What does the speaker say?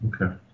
Okay